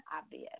Obvious